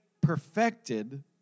perfected